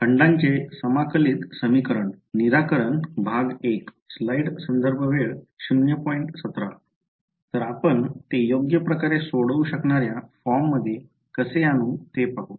तर आपण ते योग्य प्रकारे सोडवू शकणाऱ्या फॉर्ममध्ये कसे आणू ते पाहू